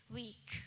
week